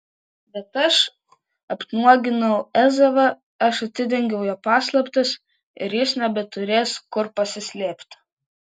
bet aš apnuoginau ezavą aš atidengiau jo paslaptis ir jis nebeturės kur pasislėpti